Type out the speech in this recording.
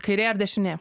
kairė ar dešinė